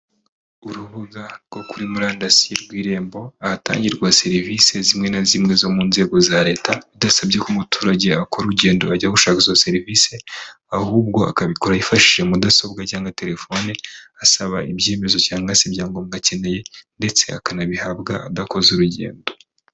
Urubuga rwo kuri murandasi rw'irembo ahatangirwa serivisi zimwe na zimwe zo mu nzego za leta, bidasabye ko umuturage akora urugendo ajya gushaka izo serivisi, ahubwo akabikora yifashishije mudasobwa cyangwa telefoni asaba ibyemezo cyangwa se ibyangombwa akeneye ndetse akanabihabwa adakoze urugendo.